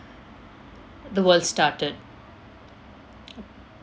the world started